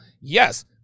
Yes